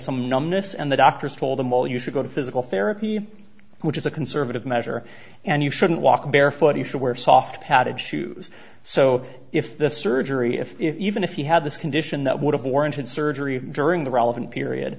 some numbness and the doctors told him well you should go to physical therapy which is a conservative measure and you shouldn't walk barefoot he should wear soft padded shoes so if the surgery if if even if you have this condition that would have warranted surgery during the relevant period